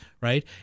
Right